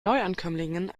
neuankömmlingen